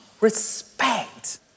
respect